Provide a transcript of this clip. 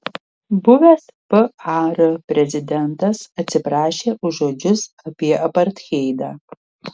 buvęs par prezidentas atsiprašė už žodžius apie apartheidą